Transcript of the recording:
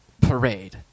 parade